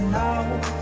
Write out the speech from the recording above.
now